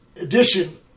edition